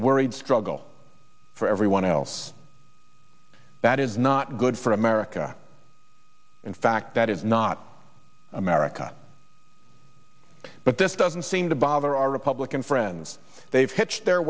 worried struggle for everyone else that is not good for america in fact that is not america but this doesn't seem to bother our republican friends they've hitched their